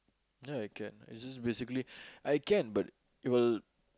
ya I can I just basically I can but it will